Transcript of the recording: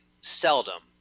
seldom